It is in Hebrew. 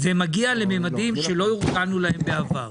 זה מגיע לממדים שלא הורגלנו להם בעבר.